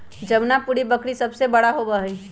जमुनापारी बकरी सबसे बड़ा होबा हई